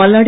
Malladi